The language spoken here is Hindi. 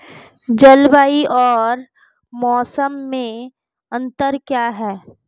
जलवायु और मौसम में अंतर क्या है?